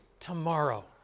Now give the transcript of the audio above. tomorrow